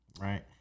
Right